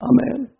Amen